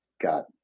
got